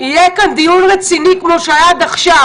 יהיה כאן דיון רציני כמו שהיה עד עכשיו.